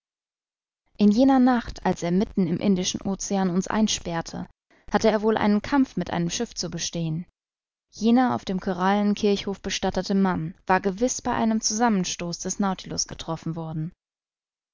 in jener nacht als er mitten im indischen ocean uns einsperrte hatte er wohl einen kampf mit einem schiff zu bestehen jener auf dem korallenkirchhof bestattete mann war gewiß bei einem zusammenstoß des nautilus getroffen worden